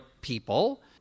people